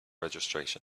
registration